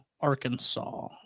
Arkansas